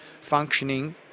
functioning